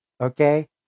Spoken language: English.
Okay